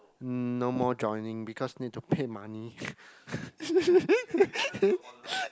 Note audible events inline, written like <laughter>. mm no more joining because need to pay money <laughs>